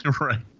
Right